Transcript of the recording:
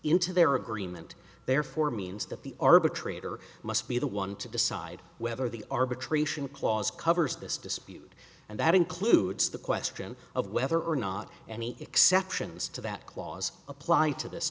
into their agreement therefore means that the arbitrator must be the one to decide whether the arbitration clause covers this dispute and that includes the question of whether or not any exceptions to that clause apply to this